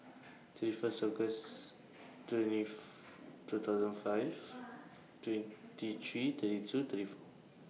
thirty First August twentieth two thousand five twenty three thirty two thirty four